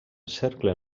cercle